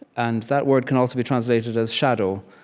and that word can also be translated as shadow.